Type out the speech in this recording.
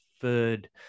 third